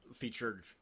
Featured